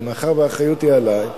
למה אתה לא מעביר את האחריות למשרד החינוך?